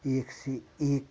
एक से एक